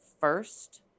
first